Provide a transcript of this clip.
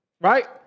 Right